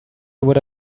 would